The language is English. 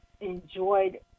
enjoyed